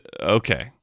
Okay